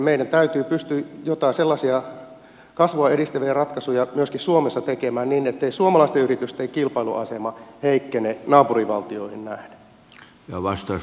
meidän täytyy pystyä jotain sellaisia kasvua edistäviä ratkaisuja myöskin suomessa tekemään niin ettei suomalaisten yritysten kilpailuasema heikkene naapurivaltioihin nähden